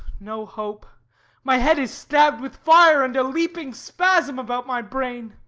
no hope my head is stabbed with fire, and a leaping spasm about my brain.